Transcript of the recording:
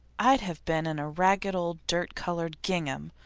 i'd have been in a ragged old dirt-coloured gingham,